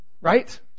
Right